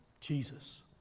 Jesus